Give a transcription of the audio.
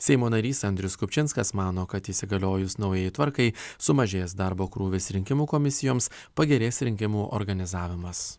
seimo narys andrius kupčinskas mano kad įsigaliojus naujajai tvarkai sumažės darbo krūvis rinkimų komisijoms pagerės rinkimų organizavimas